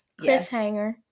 cliffhanger